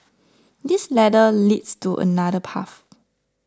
this ladder leads to another path